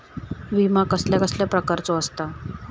विमा कसल्या कसल्या प्रकारचो असता?